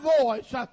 voice